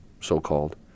so-called